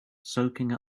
soaking